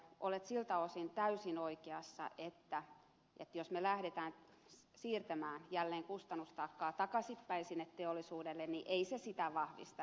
olette siltä osin täysin oikeassa että jos me lähdemme siirtämään jälleen kustannustaakkaa takaisinpäin sinne teollisuudelle niin ei se kilpailukykyä vahvista